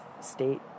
state